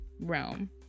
realm